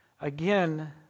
again